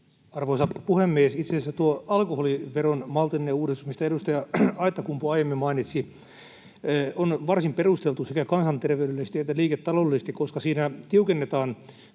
asiassa tuo alkoholiveron maltillinen uudistus, mistä edustaja Aittakumpu aiemmin mainitsi, on varsin perusteltu sekä kansanterveydellisesti että liiketaloudellisesti, koska siinä tiukennetaan